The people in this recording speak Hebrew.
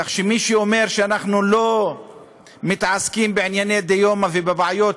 כך שמי שאומר שאנחנו לא מתעסקים בענייני דיומא ובבעיות